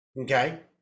okay